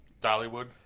Dollywood